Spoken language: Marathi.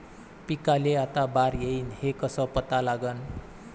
पिकाले आता बार येईन हे कसं पता लागन?